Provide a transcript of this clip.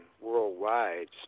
worldwide